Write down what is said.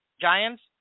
Giants